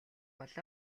бол